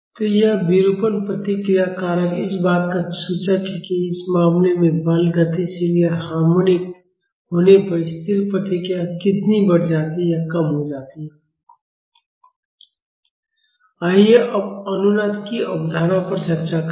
तो यह विरूपण प्रतिक्रिया कारक इस बात का सूचक है कि इस मामले में बल गतिशील या हार्मोनिक होने पर स्थिर प्रतिक्रिया कितनी बढ़ जाती है या कम हो जाती है आइए अब अनुनाद की अवधारणा पर चर्चा करें